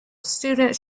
students